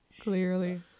Clearly